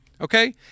Okay